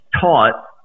taught